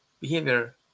behavior